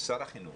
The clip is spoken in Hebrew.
שר החינוך,